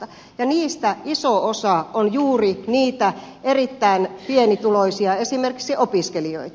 niistä iso osa on juuri niitä erittäin pienituloisia esimerkiksi opiskelijoita